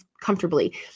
comfortably